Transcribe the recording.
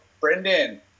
Brendan